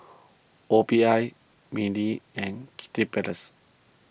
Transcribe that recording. O P I Mili and Kiddy Palace